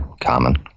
common